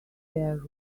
their